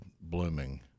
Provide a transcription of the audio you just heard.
blooming